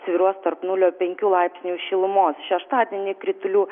svyruos tarp nulio penkių laipsnių šilumos šeštadienį kritulių